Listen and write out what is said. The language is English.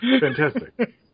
Fantastic